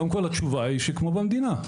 קודם כל, התשובה היא כמו במדינה.